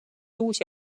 uusi